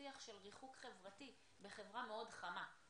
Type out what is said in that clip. מנהלים שיח של ריחוק חברתי בחברה מאוד חמה.